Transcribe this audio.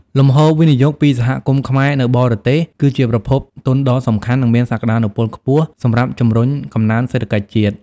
លំហូរវិនិយោគពីសហគមន៍ខ្មែរនៅបរទេស គឺជាប្រភពទុនដ៏សំខាន់ និងមានសក្ដានុពលខ្ពស់សម្រាប់ជំរុញកំណើនសេដ្ឋកិច្ចជាតិ។